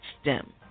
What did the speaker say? stem